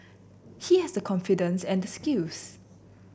he has the confidence and the skills